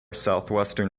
southwestern